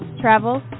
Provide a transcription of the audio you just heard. travel